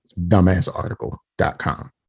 dumbassarticle.com